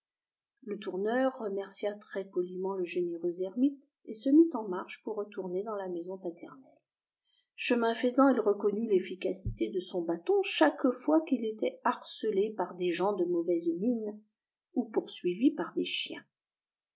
le tourneur remercia très-poliment le généreux ermite et se mit en marche pour retourner dans la maison paternelle chemin faisant il reconnut l'efticacité de son bâton chaque fois qu'il était harcelé par des gens de mauvaise mine ou poursuivi par des chiens